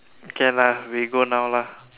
can lah we go now lah